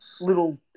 little